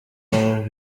hano